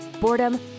Boredom